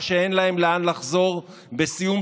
אדוני היושב-ראש,